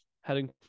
heading